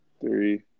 Three